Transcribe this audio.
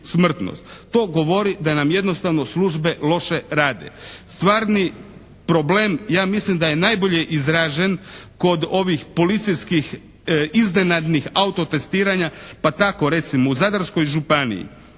To govori da nam jednostavno službe loše rade. Stvari problem ja mislim da je najbolje izražen kod ovih policijskih iznenadnih autotestiranja pa tako recimo u Zadarskoj županiji